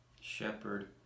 shepherd